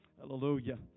Hallelujah